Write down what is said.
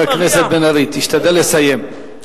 חבר הכנסת בן-ארי, תשתדל לסיים.